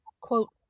quote